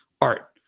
art